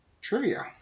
trivia